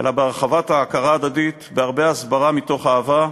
אלא בהרחבת ההכרה ההדדית, בהרבה הסברה מתוך אהבה,